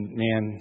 man